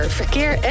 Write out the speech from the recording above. verkeer